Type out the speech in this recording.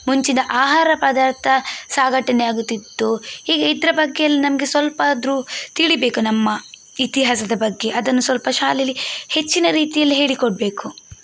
ಮುಂಚಿನ ಆಹಾರ ಪದ್ಧತಿ ಸಾಗಟನೆ ಆಗುತಿತ್ತು ಈಗ ಇದರ ಬಗ್ಗೆ ಎಲ್ಲ ನಮಗೆ ಸ್ವಲ್ಪಾದ್ರೂ ತಿಳಿಬೇಕು ನಮ್ಮ ಇತಿಹಾಸದ ಬಗ್ಗೆ ಅದನ್ನು ಸ್ವಲ್ಪ ಶಾಲೆಯಲ್ಲಿ ಹೆಚ್ಚಿನ ರೀತಿಯಲ್ಲಿ ಹೇಳಿ ಕೊಡಬೇಕು